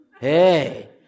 Hey